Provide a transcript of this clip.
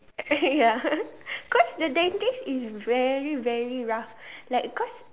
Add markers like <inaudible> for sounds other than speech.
<laughs> ya <laughs> cause the dentist is very very rough like cause